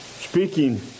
speaking